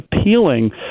appealing